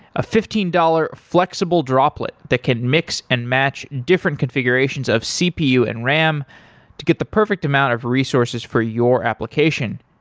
a fifteen dollars flexible droplet that can mix and match different configurations of cpu and ram to get the perfect amount of resources for your application.